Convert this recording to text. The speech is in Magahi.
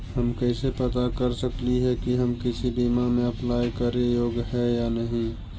हम कैसे पता कर सकली हे की हम किसी बीमा में अप्लाई करे योग्य है या नही?